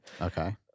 Okay